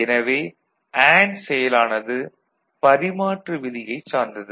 எனவே அண்டு செயலானது பரிமாற்று விதியைச் சார்ந்தது